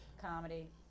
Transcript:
comedy